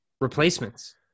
replacements